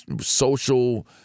social